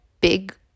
big